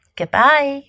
goodbye